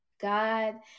God